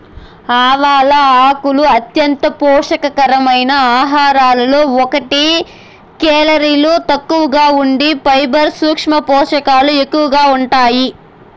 ఆవాల ఆకులు అంత్యంత పోషక కరమైన ఆహారాలలో ఒకటి, కేలరీలు తక్కువగా ఉండి ఫైబర్, సూక్ష్మ పోషకాలు ఎక్కువగా ఉంటాయి